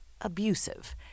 abusive